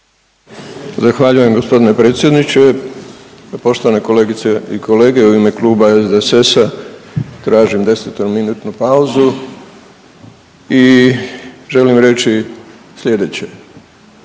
Zahvaljujem g. predsjedniče. Poštovane kolegice i kolege, u ime Kluba SDSS-a tražim desetominutnu pauzu i želim reći sljedeće.